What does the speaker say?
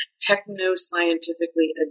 techno-scientifically